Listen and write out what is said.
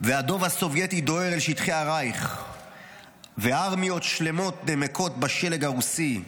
והדוב הסובייטי דוהר לשטחי הרייך וארמיות שלמות נמקות בשלג הרוסי,